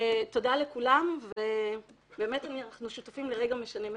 תודה לכולם ובאמת אנחנו שותפים לרגע משנה מציאות.